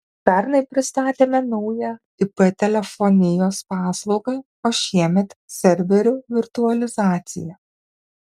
pernai pristatėme naują ip telefonijos paslaugą o šiemet serverių virtualizaciją